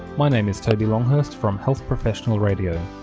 my name is toby longhurst from health professional radio.